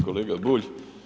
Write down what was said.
Kolega Bulj.